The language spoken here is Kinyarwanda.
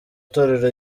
itorero